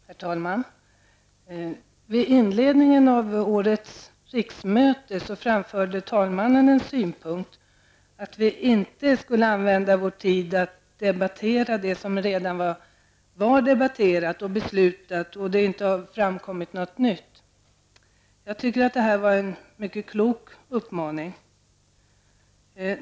Herr talman! Vid inledningen av årets riksmöte framförde talmannen synpunkten att vi inte skulle använda vår tid till att debattera det som redan var debatterat och beslutat och där det inte framkommit något nytt. Jag tycker att det var en mycket klok uppmaning.